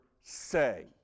say